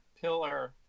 pillar